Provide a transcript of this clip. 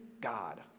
God